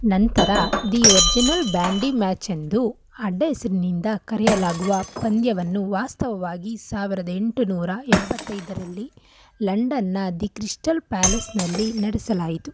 ನಂತರ the original bandy match ಎಂದು ಅಡ್ಡ ಹೆಸರಿನಿಂದ ಕರೆಯಲಾಗುವ ಪಂದ್ಯವನ್ನು ವಾಸ್ತವವಾಗಿ ಸಾವಿರದ ಎಂಟುನೂರ ಎಪ್ಪತ್ತೈದರಲ್ಲಿ ಲಂಡನ್ನ ದಿ ಕ್ರಿಸ್ಟಲ್ ಪ್ಯಾಲೇಸ್ನಲ್ಲಿ ನಡೆಸಲಾಯಿತು